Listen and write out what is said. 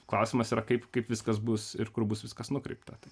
klausimas yra kaip kaip viskas bus ir kur bus viskas nukreipta